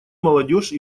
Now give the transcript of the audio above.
молодежь